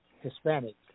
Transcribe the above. Hispanic